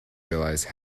realize